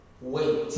wait